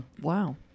Wow